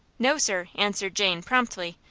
no, sir, answered jane, promptly.